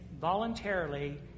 voluntarily